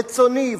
רצוני,